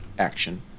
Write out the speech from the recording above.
action